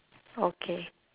okay